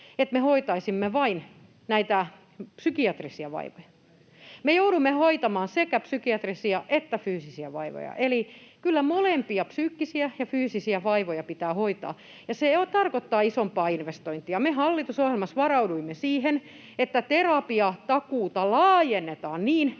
että me hoitaisimme vain näitä psykiatrisia vaivoja. Me joudumme hoitamaan sekä psykiatrisia että fyysisiä vaivoja, eli kyllä molempia vaivoja, psyykkisiä ja fyysisiä, pitää hoitaa, ja se tarkoittaa isompaa investointia. Me hallitusohjelmassa varauduimme siihen, että terapiatakuuta laajennetaan niin,